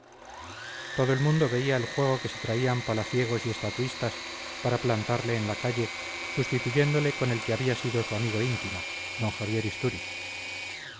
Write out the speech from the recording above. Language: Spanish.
todo el mundo veía el juego que se traían palaciegos y estatuistas para plantarle en la calle sustituyéndole con el que había sido su amigo íntimo d javier istúriz